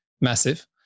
Massive